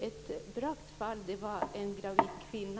Ett praktfall gäller en gravid kvinna.